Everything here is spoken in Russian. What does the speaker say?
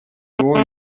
его